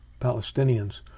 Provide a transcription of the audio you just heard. Palestinians